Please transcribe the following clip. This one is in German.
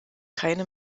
keine